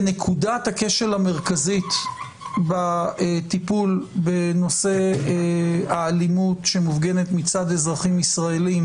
כנקודת הכשל המרכזית בטיפול בנושא האלימות שמופגנת מצד אזרחים ישראלים,